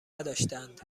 نداشتند